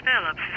Phillips